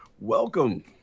Welcome